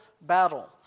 battle